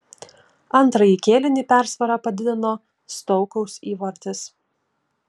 antrąjį kėlinį persvarą padidino stoukaus įvartis